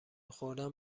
خوردن